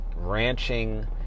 ranching